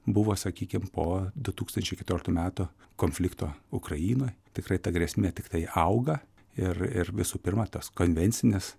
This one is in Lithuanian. buvo sakykim po du tūkstančiai keturioliktų metų konflikto ukrainoj tikrai ta grėsmė tiktai auga ir ir visų pirma tos konvencinės